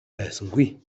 байсангүй